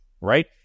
right